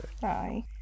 bye